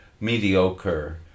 mediocre